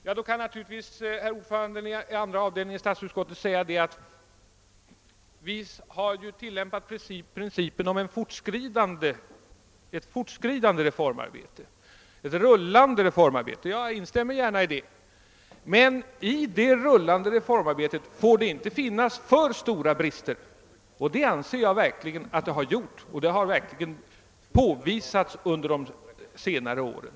Ja, då kan naturligtvis herr ordföranden i andra avdelningen i statsutskottet svara: Vi har ju tillämpat principen om ett fortskridande reformarbete, ett rullande reformarbete. Jag instämmer gärna i det. Men i det rullande reformarbetet får inte finnas alltför stora brister. Det anser jag verkligen att det har funnits, och dessa har också påvisats under de senare åren.